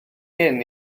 gen